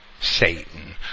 Satan